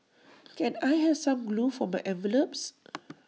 can I have some glue for my envelopes